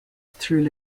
through